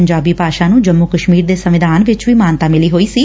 ਪੰਜਾਬੀ ਭਾਸ਼ਾ ਨੂੰ ਜੰਮੁ ਕਸ਼ਮੀਰ ਦੇ ਸੰਵਿਧਾਨ ਵਿਚ ਵੀ ਮਾਨਤਾ ਮਿਲੀ ਹੋਈ ਸੀ